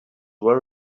were